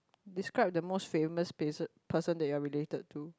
describe the most famous person person that you are related to